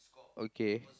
okay